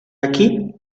aquí